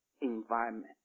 Environment